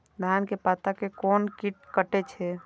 धान के पत्ता के कोन कीट कटे छे?